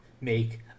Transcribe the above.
make